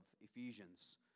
Ephesians